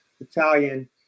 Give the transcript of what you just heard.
Italian